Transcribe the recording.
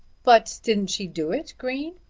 but didn't she do it, green?